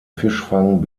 fischfang